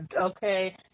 okay